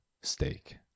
steak